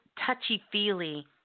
touchy-feely